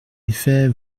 effet